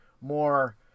more